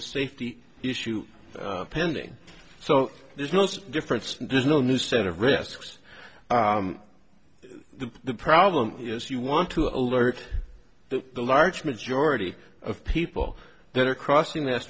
a safety issue pending so there's no still difference there's no new set of risks to the problem if you want to alert the large majority of people that are crossing that